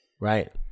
Right